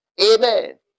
Amen